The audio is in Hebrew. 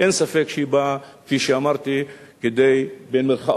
אין ספק שהיא באה, כפי שאמרתי, כדי "לפגוע"